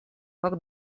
как